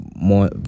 more